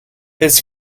his